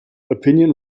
opinion